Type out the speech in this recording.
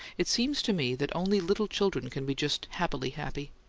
it seems to me that only little children can be just happily happy.